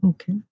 Okay